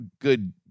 good